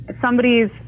somebody's